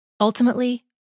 Ultimately